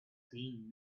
saying